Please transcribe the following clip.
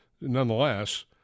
nonetheless